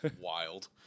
wild